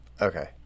Okay